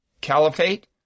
Caliphate